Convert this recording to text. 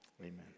Amen